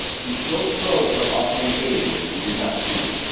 he still strove for an offhand gaiety that he did not feel.